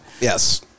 Yes